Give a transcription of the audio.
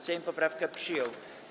Sejm poprawkę przyjął.